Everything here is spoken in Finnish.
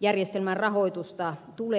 järjestelmän rahoitusta tule vaarantaa